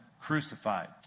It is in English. crucified